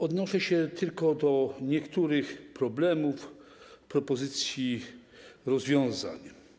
Odniosę się tylko do niektórych problemów, propozycji rozwiązań.